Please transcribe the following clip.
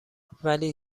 ولی